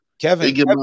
Kevin